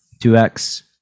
2x